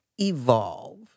evolve